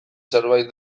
zerbait